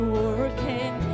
working